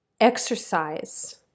exercise